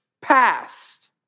past